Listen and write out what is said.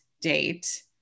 date